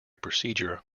procedure